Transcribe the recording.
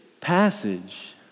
passage